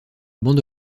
bande